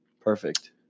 Perfect